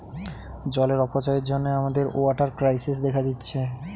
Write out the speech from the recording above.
জলের অপচয়ের জন্যে আমাদের ওয়াটার ক্রাইসিস দেখা দিচ্ছে